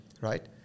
right